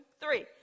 three